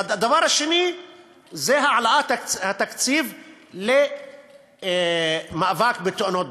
והדבר השני זה העלאת התקציב למאבק בתאונות דרכים.